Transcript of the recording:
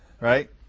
right